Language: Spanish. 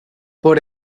por